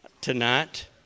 tonight